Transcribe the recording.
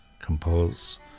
compose